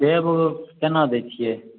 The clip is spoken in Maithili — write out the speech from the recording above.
सेब ओब केना दै छियै